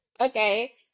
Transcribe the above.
Okay